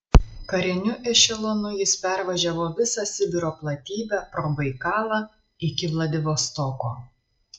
kariniu ešelonu jis pervažiavo visą sibiro platybę pro baikalą iki vladivostoko